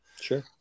Sure